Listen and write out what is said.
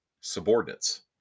subordinates